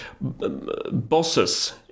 bosses